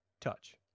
touch